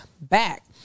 back